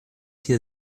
hier